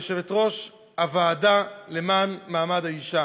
כיושבת-ראש הוועדה למען מעמד האישה,